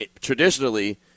traditionally